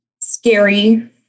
scary